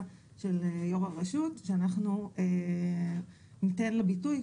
של יו"ר הרשות שאנחנו ניתן לה ביטוי,